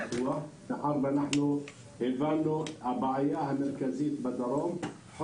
מאחר והבנו שהבעיה המרכזית בדרום זה